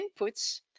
inputs